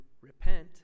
repent